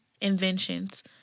inventions